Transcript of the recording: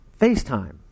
FaceTime